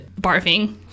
barfing